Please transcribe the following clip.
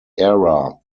era